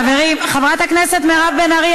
חברת הכנסת מירב בן ארי,